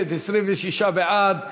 (הרשאה אישית לבעל תואר שני או שלישי ברוקחות קלינית),